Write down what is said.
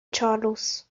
چالوس